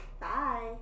Bye